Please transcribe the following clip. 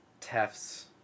Tef's